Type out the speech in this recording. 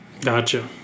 Gotcha